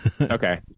okay